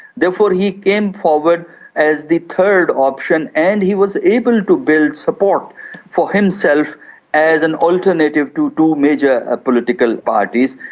therefore he came forward as the third option and he was able to build support for himself as an alternative to two major ah political parties.